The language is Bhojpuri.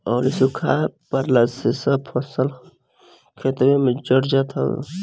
अउरी सुखा पड़ला से सब फसल खेतवे में जर जात हवे